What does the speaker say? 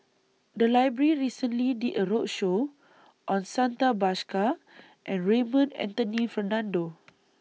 The Library recently did A roadshow on Santha Bhaskar and Raymond Anthony Fernando